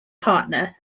partner